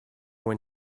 when